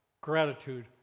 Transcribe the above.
gratitude